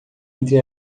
entre